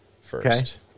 first